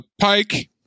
Pike